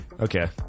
Okay